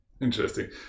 Interesting